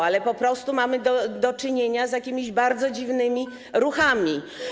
Niemniej po prostu mamy do czynienia z jakimiś bardzo dziwnymi ruchami.